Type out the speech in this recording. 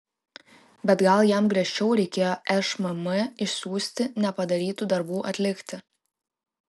bet gal jam griežčiau reikėjo šmm išsiųsti nepadarytų darbų atlikti